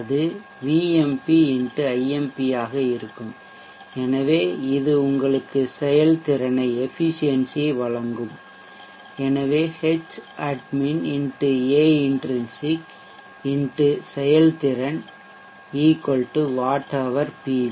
அது Vmp X Imp ஆக இருக்கும் எனவே இது உங்களுக்கு செயல்திறனை வழங்கும் எனவே ஹெட்ச்அட்மின் xஏஇன்ட்ரின்சிக் X செயல்திறன் வாட்ஹவர் பி